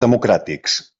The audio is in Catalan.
democràtics